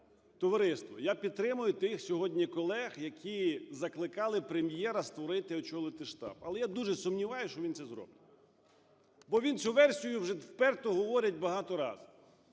я підтримую тих сьогодні колег, які закликали Прем'єра створити і очолити штаб, але я дуже сумніваюсь, що він це зробить. Бо він цю версію вже вперто говорить багато раз: